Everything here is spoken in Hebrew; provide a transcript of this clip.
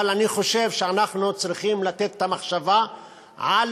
אבל אני חושב שאנחנו צריכים לתת את המחשבה על